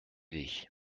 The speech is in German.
dich